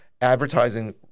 advertising